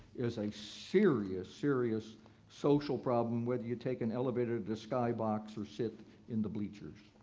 is a serious, serious social problem, whether you take an elevator to the skybox or sit in the bleachers.